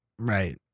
Right